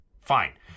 fine